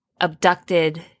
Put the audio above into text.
abducted